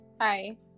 Hi